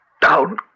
down